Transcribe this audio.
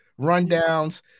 rundowns